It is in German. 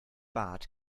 bad